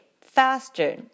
faster